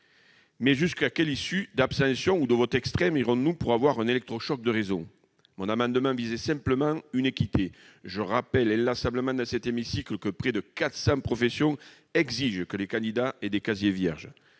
Mais quel pourcentage d'abstention ou de votes extrêmes provoquera un électrochoc de raison ? Mon amendement visait simplement à rétablir une équité. Je rappelle inlassablement dans cet hémicycle que près de 400 professions exigent de leurs candidats qu'ils aient des casiers vierges.